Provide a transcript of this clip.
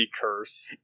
curse